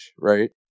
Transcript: right